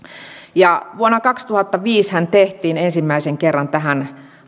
vuonna kaksituhattaviisihän tehtiin ensimmäisen kerran tähän